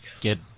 get